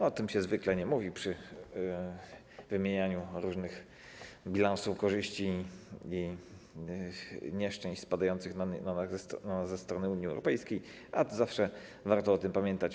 O tym się zwykle nie mówi przy wymienianiu różnych bilansów korzyści i nieszczęść spadających na nas ze strony Unii Europejskiej, a zawsze warto o tym pamiętać.